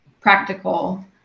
practical